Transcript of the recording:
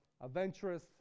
adventurous